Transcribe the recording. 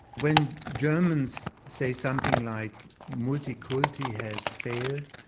when germans say something like, multikulti has failed,